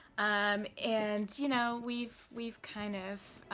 um and you know, we've we've kind of, ah,